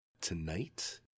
tonight